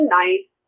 nice